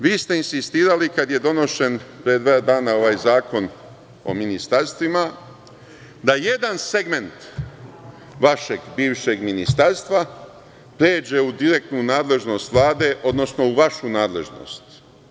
Vi ste insistirali, kada je donesen pre dva dana ovaj zakon o ministarstvima, da jedan segment vašeg bivšeg ministarstva pređe u direktnu nadležnost Vlade, odnosno u vašu nadležnost.